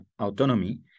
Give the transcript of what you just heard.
autonomy